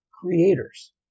creators